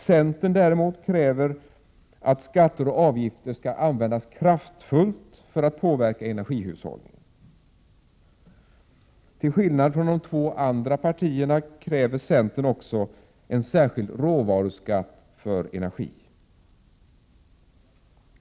Centern kräver däremot att skatter och avgifter skall användas kraftfullt för att påverka energihushållningen. Till skillnad från de två andra partierna kräver centern också en särskild råvaruskatt för energi.